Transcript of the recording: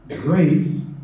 grace